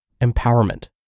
empowerment